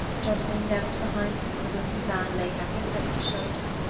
jonathan knelt behind him and the wounded man laid back his head on his shoulder.